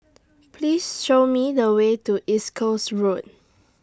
Please Show Me The Way to East Coast Road